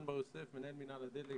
חן בר יוסף, מנהל מינהל הדלק